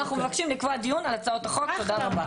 אנחנו מבקשים לקבוע דיון על הצעות החוק, תודה רבה.